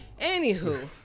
Anywho